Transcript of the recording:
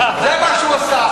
זה מה שהוא עשה.